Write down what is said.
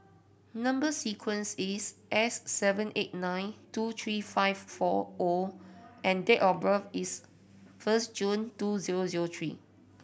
number sequence is S seven eight nine two three five four O and date of birth is first June two zero zero three